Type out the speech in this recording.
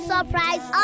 surprise